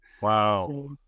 Wow